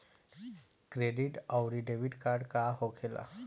Credit आउरी debit card का होखेला?